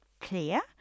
clear